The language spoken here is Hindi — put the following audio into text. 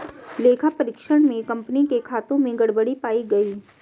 लेखा परीक्षण में कंपनी के खातों में गड़बड़ी पाई गई